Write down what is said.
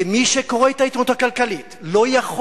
ומי שקורא את העיתונות הכלכלית לא יכול